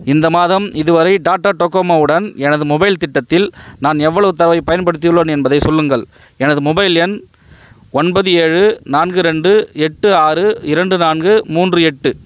இந்த மாதம் இதுவரை டாடா டோகோமோ உடன் எனது மொபைல் திட்டத்தில் நான் எவ்வளவு தரவைப் பயன்படுத்தியுள்ளேன் என்பதைச் சொல்லுங்கள் எனது மொபைல் எண் ஒன்பது ஏழு நான்கு ரெண்டு எட்டு ஆறு இரண்டு நான்கு மூன்று எட்டு